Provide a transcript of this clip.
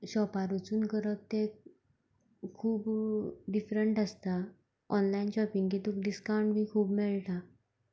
शॉपार वचून करप तें खूब डिफरंट आसता ऑनलायन शॉपींग के तुका डिस्कावंट बी खूब मेळटा